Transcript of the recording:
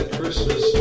Christmas